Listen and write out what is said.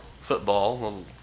football